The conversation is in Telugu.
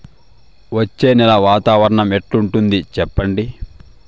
వచ్చే నెల వాతావరణం ఎట్లుంటుంది చెప్పండి?